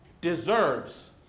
deserves